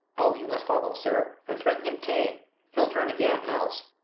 o, you must follow, sir, and threaten him tame he'll turn again else.